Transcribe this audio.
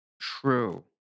true